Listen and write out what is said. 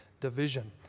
Division